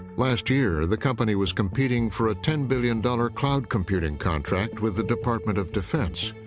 last year, the company was competing for a ten billion dollars cloud computing contract with the department of defense.